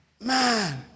Man